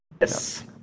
Yes